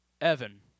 Evan –